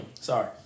sorry